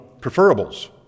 preferables